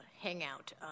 Hangout